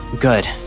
good